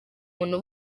muntu